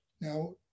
Now